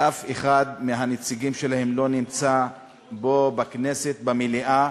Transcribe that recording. שאף אחד מהנציגים שלהן לא נמצא פה, בכנסת, במליאה.